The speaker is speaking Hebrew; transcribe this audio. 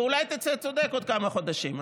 ואולי תצא צודק עוד כמה חודשים.